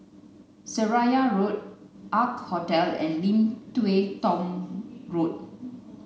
Seraya Road Ark Hostel and Lim Tua Tow Road